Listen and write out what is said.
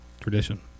Tradition